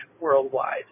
worldwide